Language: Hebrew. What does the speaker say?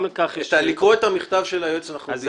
גם לכך יש התייחסות --- לקרוא את המכתב של היועץ אנחנו יודעים,